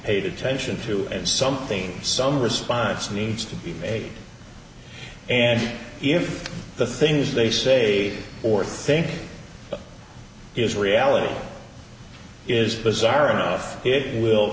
paid attention to something some response needs to be made and if the things they say or think it's reality is bizarre enough it will